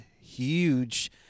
Huge